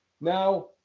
Now